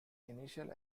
initial